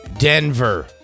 Denver